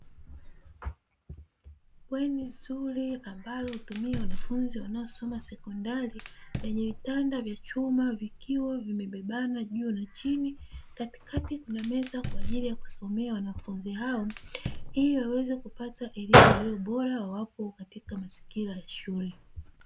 Bweni nzuri lenye vitanda vya chuma vikiwa vimebebana juu na chini katikati, zimemeza kwa ajili ya kusomea wanafunzi wa elimu iliyo bora wapo katika mazingira ya shule.